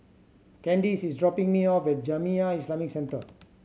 Candice is dropping me off at Jamiyah Islamic Centre